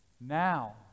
Now